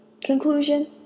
Conclusion